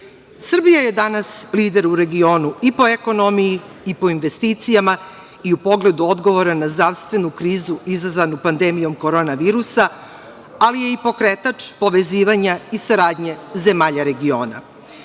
Srbije. Srbija je danas lider u regionu po ekonomiji, po investicijama i u pogledu odgovora na zdravstvenu krizu izazvanu pandemijom korona virusa, ali je i pokretač povezivanja i saradnje zemalja regiona.